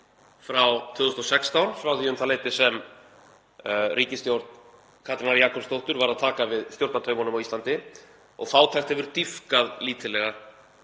frá 2016, frá því um það leyti sem ríkisstjórn Katrínar Jakobsdóttur var að taka við stjórnartaumunum á Íslandi. Fátækt hefur dýpkað lítillega